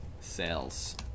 Sales